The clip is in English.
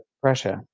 pressure